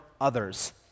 others